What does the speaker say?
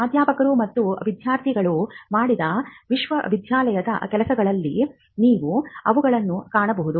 ಪ್ರಾಧ್ಯಾಪಕರು ಮತ್ತು ವಿದ್ಯಾರ್ಥಿಗಳು ಮಾಡಿದ ವಿಶ್ವವಿದ್ಯಾಲಯದ ಕೆಲಸಗಳಲ್ಲಿ ನೀವು ಅವುಗಳನ್ನು ಕಾಣಬಹುದು